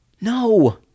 No